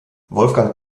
wolfgang